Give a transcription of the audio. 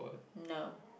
no